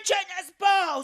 čia nespausk